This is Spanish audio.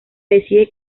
decide